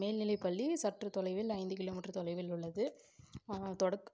மேல்நிலைப்பள்ளி சற்று தொலைவில் ஐந்து கிலோமீட்டர் தொலைவில் உள்ளது தொடக்